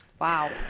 Wow